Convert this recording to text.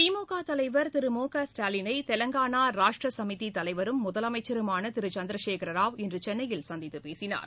திமுக தலைவா் திரு மு க ஸ்டாலினை தெலங்கானா ராஷ்ட்ர சமீதி தலைவரும் முதலமைச்சருமான திரு சந்திரசேகரராவ் இன்று சென்னையில் சந்தித்து பேசினார்